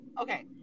Okay